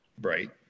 Right